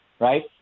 right